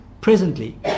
presently